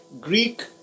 Greek